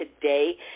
today